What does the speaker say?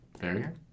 Barrier